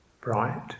bright